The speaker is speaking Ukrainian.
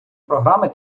програми